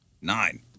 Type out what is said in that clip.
Nine